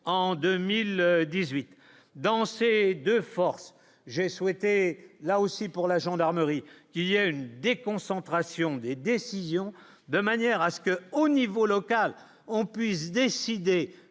en 2018 dans ces 2 forces, j'ai souhaité, là aussi pour la gendarmerie, il y a une déconcentration des décisions de manière à ce que, au niveau local, on puisse décider